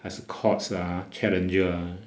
还是 courts ah challenger ah